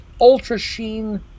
ultra-sheen